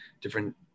different